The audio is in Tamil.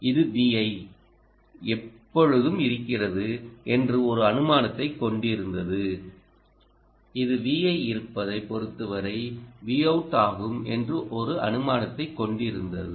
இது Vi எப்பொழுதும் இருக்கிறது என்று ஒரு அனுமானத்தைக் கொண்டிருந்தது இது Vi இருப்பதைப் பொறுத்தவரை Vout இருக்கும் என்று ஒரு அனுமானத்தை கொண்டிருந்தது